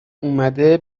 اومده